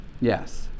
Yes